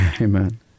Amen